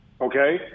okay